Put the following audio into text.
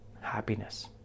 happiness